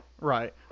Right